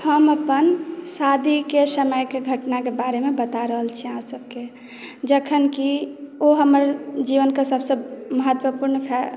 हम अपन शादीके समयके घटनाके बारेमे बता रहल छी अहाँ सभकेँ जखन कि ओ हमर जीवन के सभसॅं महत्वपुर्ण